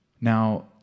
Now